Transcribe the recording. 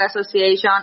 Association